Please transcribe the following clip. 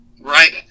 right